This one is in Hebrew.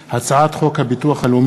הצעת החוק ההנדסאים והטכנאים המוסמכים (תיקון)